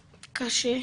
קשה,